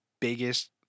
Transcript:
biggest